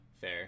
fair